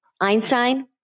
Einstein